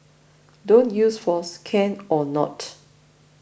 don't use force can or not